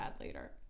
later